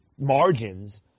margins